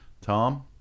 Tom